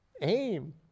aim